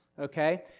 okay